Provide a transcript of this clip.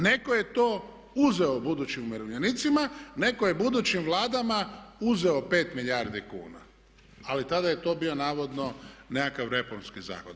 Netko je to uzeo budućim umirovljenicima, netko je budućim Vladama uzeo 5 milijardi kuna ali tada je to bio navodno nekakav reformski zahvat.